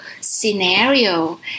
scenario